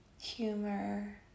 humor